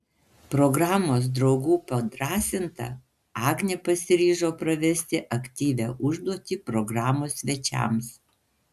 programos draugų padrąsinta agnė pasiryžo pravesti aktyvią užduotį programos svečiams